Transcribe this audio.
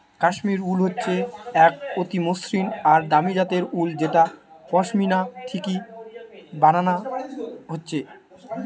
কাশ্মীর উল হচ্ছে এক অতি মসৃণ আর দামি জাতের উল যেটা পশমিনা থিকে বানানা হচ্ছে